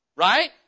Right